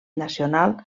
nacional